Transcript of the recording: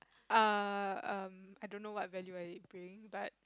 err um I don't know what value I bring but